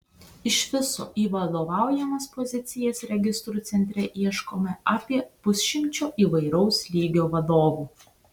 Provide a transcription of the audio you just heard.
iš viso į vadovaujamas pozicijas registrų centre ieškoma apie pusšimčio įvairaus lygio vadovų